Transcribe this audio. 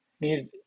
need